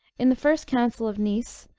in the first council of nice,